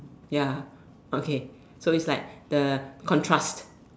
ya okay so is like the contrast